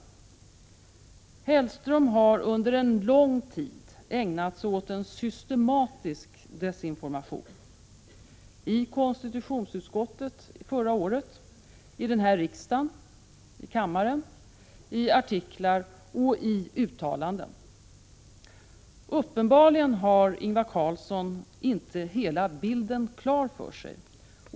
Mats Hellström har under en lång tid ägnat sig åt en systematisk desinformation: i konstitutionsutskottet förra året, i den här kammaren, i artiklar och i uttalanden. Uppenbarligen har Ingvar Carlsson inte hela bilden klar för sig.